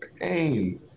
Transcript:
pain